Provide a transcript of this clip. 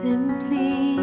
Simply